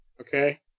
okay